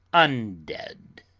un-dead.